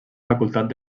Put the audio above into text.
facultat